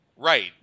Right